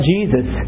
Jesus